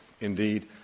Indeed